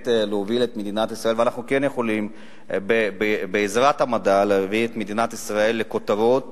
ובעזרת המדע אנחנו כן יכולים להביא את מדינת ישראל לכותרות